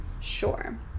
Sure